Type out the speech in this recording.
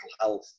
health